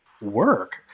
work